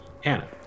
Hannah